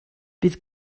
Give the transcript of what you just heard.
bydd